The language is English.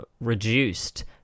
reduced